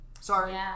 Sorry